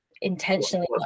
intentionally